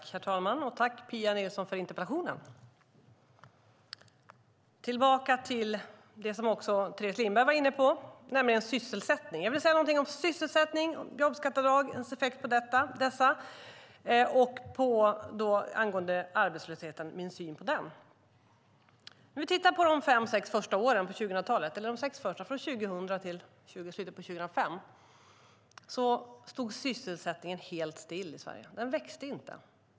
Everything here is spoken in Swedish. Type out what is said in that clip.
Herr talman! Tack för interpellationen, Pia Nilsson! Jag går tillbaka till det som också Teres Lindberg var inne på, nämligen sysselsättningen. Jag vill säga någonting om sysselsättningen, jobbskatteavdragens effekt på den och min syn på arbetslösheten. De fem sex första åren på 2000-talet eller de sex första, från 2000 till slutet av 2005, stod sysselsättningen helt still i Sverige. Den växte inte.